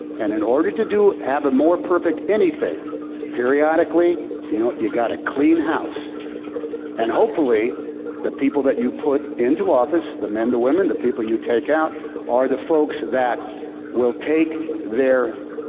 and in order to do have a or perfect anything periodically, you know you got to clean house and hopefully the people that you put into office, the men, the women, the people you take out are the folks that will take their,